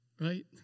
right